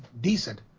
decent